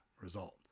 result